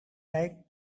like